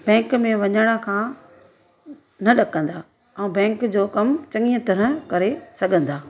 bank में वञण खां न ॾकंदा ऐं बैंक जो कमु चङीअ तरह करे सघंदा